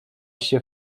się